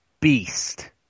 beast